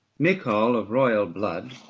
michal, of royal blood,